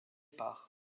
part